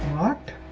heart,